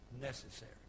Necessary